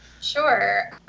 sure